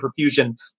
perfusion